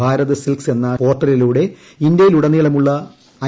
Bharat skills എന്ന പോർട്ടലിലൂടെ ഇന്ത്യയിലുടനീളമുള്ള ഐ